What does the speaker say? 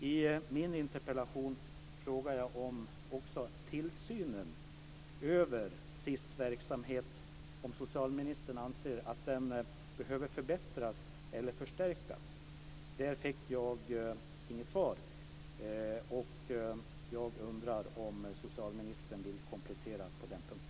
I min interpellation frågar jag också om socialministern anser att tillsynen över SiS verksamhet behöver förbättras eller förstärkas. Där fick jag inget svar. Jag undrar om socialministern vill komplettera på den punkten.